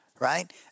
Right